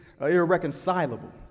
irreconcilable